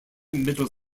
middle